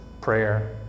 prayer